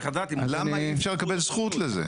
למה אי אפשר לקבל זכות לזה?